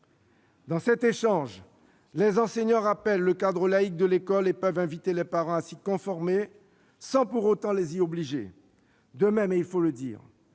Dans cet échange, les enseignants rappellent le cadre laïque de l'école et peuvent inviter les parents à s'y conformer, sans pour autant les y obliger. De même, il faut le dire,